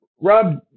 Rob